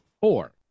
four